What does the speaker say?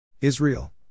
Israel